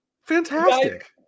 Fantastic